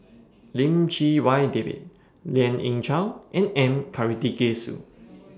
Lim Chee Wai David Lien Ying Chow and M Karthigesu